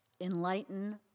enlighten